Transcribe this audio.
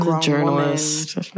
journalist